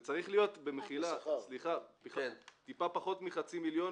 זה צריך להיות טיפה פחות מחצי מיליון.